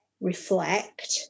reflect